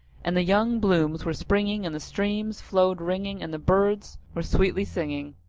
and the young blooms were springing and the streams flowed ringing, and the birds were sweetly singing,